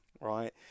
right